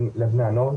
לבני הנוער,